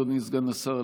אדוני סגן השר,